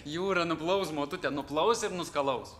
jūra nuplaus motute nuplaus ir nuskalaus